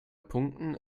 punkten